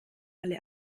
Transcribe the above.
alle